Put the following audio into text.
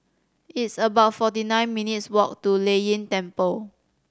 it's about forty nine minutes' walk to Lei Yin Temple